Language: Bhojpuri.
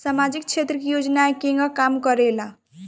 सामाजिक क्षेत्र की योजनाएं केगा काम करेले?